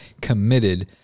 committed